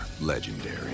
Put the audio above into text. legendary